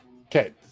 Okay